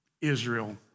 Israel